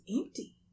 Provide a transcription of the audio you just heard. empty